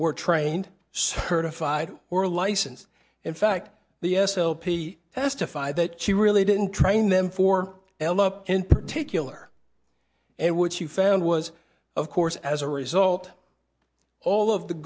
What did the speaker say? were trained certified or license in fact the s l p testified that she really didn't train them for l up in particular and which you found was of course as a result all of the